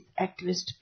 activist